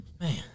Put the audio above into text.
Man